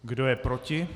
Kdo je proti?